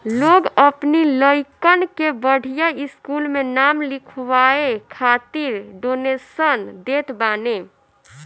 लोग अपनी लइकन के बढ़िया स्कूल में नाम लिखवाए खातिर डोनेशन देत बाने